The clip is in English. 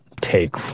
take